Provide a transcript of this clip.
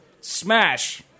smash